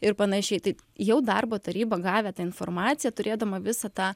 ir panašiai tai jau darbo taryba gavę tą informaciją turėdama visą tą